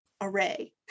array